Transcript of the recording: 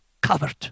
covered